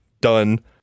Done